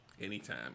anytime